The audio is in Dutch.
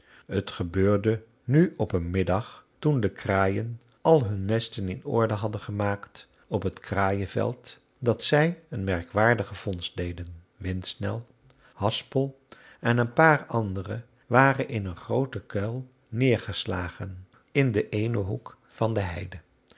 het gebeurde nu op een middag toen de kraaien al hun nesten in orde hadden gebracht op het kraaienveld dat zij een merkwaardige vondst deden windsnel haspel en een paar anderen waren in een grooten kuil neergeslagen in den éénen hoek van de heide